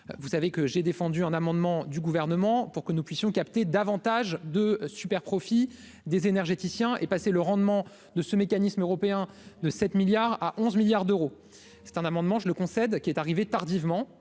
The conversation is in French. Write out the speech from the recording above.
vous savez que j'ai défendu un amendement du gouvernement pour que nous puissions capter davantage de superprofits des énergéticiens et passé le rendement de ce mécanisme européen de 7 milliards à 11 milliards d'euros, c'est un amendement, je le concède, qui est arrivé tardivement,